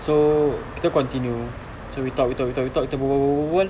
so kita continue so we talk we talk we talk berbual berbual berbual